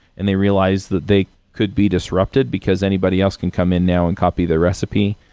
and they realized that they could be disrupted, because anybody else can come in now and copy their recipe.